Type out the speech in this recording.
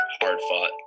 hard-fought